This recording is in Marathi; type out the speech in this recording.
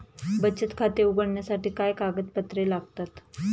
बचत खाते उघडण्यासाठी काय कागदपत्रे लागतात?